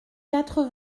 quatre